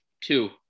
Two